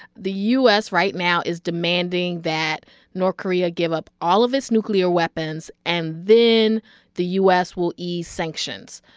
the u s. right now is demanding that north korea give up all of its nuclear weapons, and then the u s. will ease sanctions.